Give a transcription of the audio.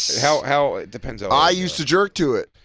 how how it depends on. i used to jerk to it.